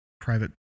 private